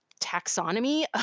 taxonomy